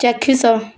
ଚାକ୍ଷୁଷ